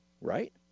right